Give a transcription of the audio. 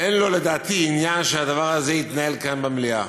אין לו לדעתי עניין שהדבר הזה יתנהל כאן, במליאה.